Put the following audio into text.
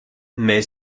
mais